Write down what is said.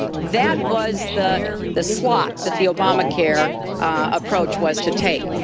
that was the the slot that the obamacare approach was to take.